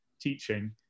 teaching